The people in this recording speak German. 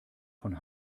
von